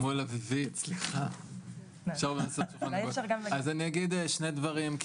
אז אני אגיד שני דברים.